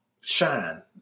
shine